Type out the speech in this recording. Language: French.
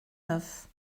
neuf